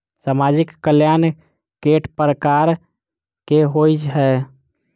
सामाजिक कल्याण केट प्रकार केँ होइ है?